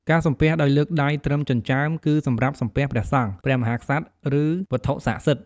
ការសំពះដោយលើកដៃត្រឹមចិញ្ចើម គឺសម្រាប់សំពះព្រះសង្ឃ ព្រះមហាក្សត្រ ឬវត្ថុស័ក្តិសិទ្ធិ។